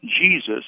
Jesus